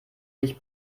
sich